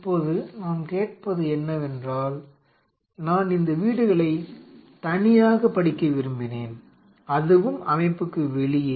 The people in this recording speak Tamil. இப்போது நான் கேட்பது என்னவென்றால் நான் இந்த வீடுகளை தனியாக படிக்க விரும்பினேன் அதுவும் அமைப்புக்கு வெளியே